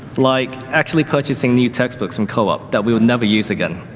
like actually purchasing new textbooks from co-op that we would never use again.